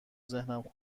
ذهنم